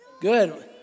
Good